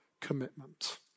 commitment